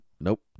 Nope